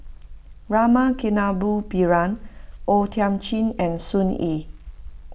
Rama Kannabiran O Thiam Chin and Soon Yee